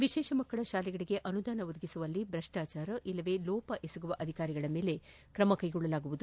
ವಿಶೇಷ ಮಕ್ಕಳ ಶಾಲೆಗಳಿಗೆ ಅನುದಾನ ಒದಗಿಸುವಲ್ಲಿ ಭ್ರಷ್ಟಾಚಾರ ಇಲ್ಲವೆ ಲೋಪ ಎಸಗುವ ಅಧಿಕಾರಿಗಳ ಮೇಲೆ ಕ್ರಮ ಕೈಗೊಳ್ಳಲಾಗುವುದು